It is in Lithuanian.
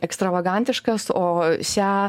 ekstravagantiškas o sia